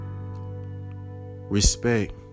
respect